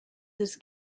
his